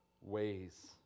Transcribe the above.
ways